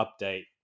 update